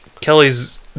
Kelly's